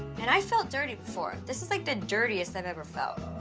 and i've felt dirty before. this is like the dirtiest i've ever felt.